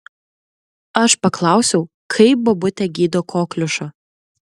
aš paklausiau kaip bobutė gydo kokliušą